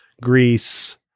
Greece